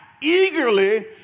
eagerly